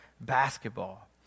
basketball